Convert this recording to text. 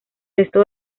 resto